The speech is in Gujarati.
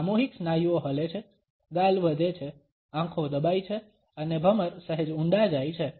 સામૂહિક સ્નાયુઓ હલે છે ગાલ વધે છે આંખો દબાઈ છે અને ભમર સહેજ ઊંડા જાય છે